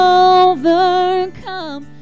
overcome